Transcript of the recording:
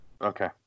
Okay